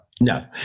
No